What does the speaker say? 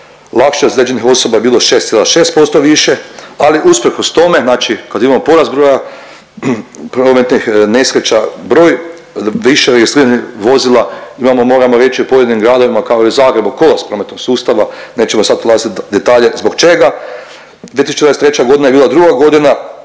lakše ozlijeđenih osoba je bilo 6,6% više, ali usprkos tome, kad znači kad imamo porast broja prometnih nesreća broj više registriranih vozila imamo moramo reći u pojedinim gradovima, kao i u Zagrebu, kolaps prometnog sustava, nećemo sad ulazit u detalje zbog čega. 2023. g. je bila druga godina